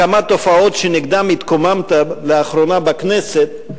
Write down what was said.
כמה תופעות שנגדן התקוממת לאחרונה בכנסת,